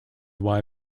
why